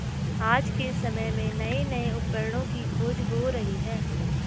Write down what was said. आज के समय में नये नये उपकरणों की खोज हो रही है